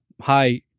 hi